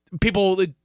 people